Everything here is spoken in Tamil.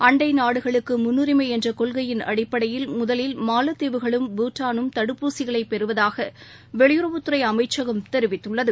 அண்டைநாடுகளுக்குமுன்னுரிமைஎன்றகொள்கையின் அடிப்படையில் முதலில் மாலத்தீவுகளும் பூட்டானும் தடுப்பூசிகளைபெறுவதாகவெளியுறவுத்துறைஅமைச்சகம் தெரிவித்துள்ளது